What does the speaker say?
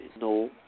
no